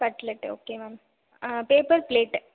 cutlet okay ma'am ஆ paper plate